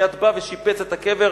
מייד בא ושיפץ את הקבר,